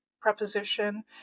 preposition